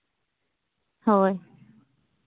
ᱦᱳᱭ